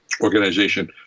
organization